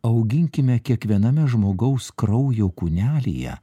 auginkime kiekviename žmogaus kraujo kūnelyje